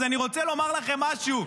אז אני רוצה לומר לכם משהו: